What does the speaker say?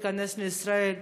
להיכנס לישראל,